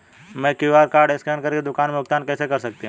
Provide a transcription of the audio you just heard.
मैं QR code scan कर के दुकान में भुगतान कैसे कर सकती हूँ?